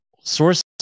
sources